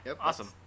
awesome